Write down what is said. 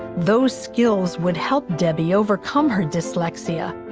those skills would help debbie overcome her dyslexia,